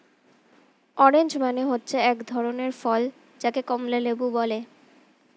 orange মানে হচ্ছে এক ধরনের ফল যাকে কমলা লেবু বলে